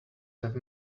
have